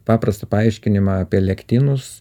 paprastą paaiškinimą apie lektinus